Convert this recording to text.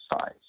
size